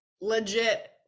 legit